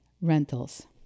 rentals